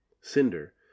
Cinder